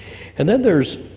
and then there's